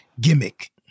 gimmick